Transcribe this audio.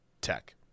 Tech